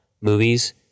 movies